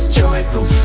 joyful